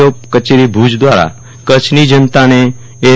ઓ કચેરી ભુજ દ્વારા કચ્છની જનતાને એસ